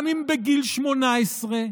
גם אם בגיל 18,